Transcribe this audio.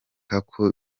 bakora